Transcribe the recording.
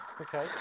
Okay